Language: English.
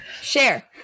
Share